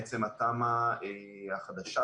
בעצם התמ"א החדשה,